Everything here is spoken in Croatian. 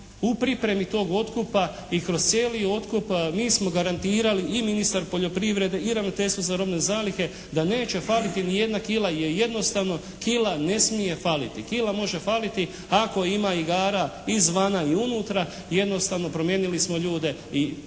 u pripremi tog otkupa i kroz cijeli otkup mi smo garantirali i ministar poljoprivrede i Ravnateljstvo za robne zalihe da neće faliti ni jedna kila jer jednostavno kila ne smije faliti, kila može faliti ako ima igara izvana i unutra. Jednostavno promijenili smo ljudi i ovi